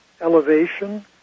elevation